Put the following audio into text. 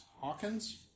Hawkins